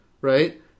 right